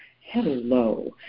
Hello